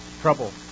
Trouble